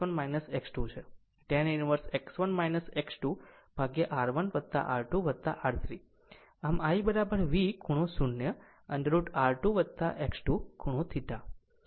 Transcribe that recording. Tan inverse X1 X2R1 R2 R3 આમ I V ખૂણો 0 √ R2 X2 ખૂણો θ